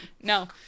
no